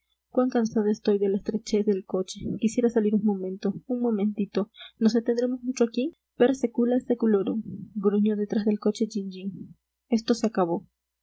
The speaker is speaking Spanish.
cuán cansada estoy de la estrechez del coche quisiera salir un momento un momentito nos detendremos mucho aquí per secula seculorum gruñó detrás del coche jean jean esto se acabó